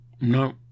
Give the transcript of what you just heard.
No